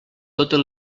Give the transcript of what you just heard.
totes